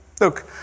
Look